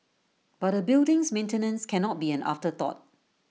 but A building's maintenance cannot be an afterthought